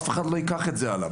אף אחד לא ייקח את זה עליו.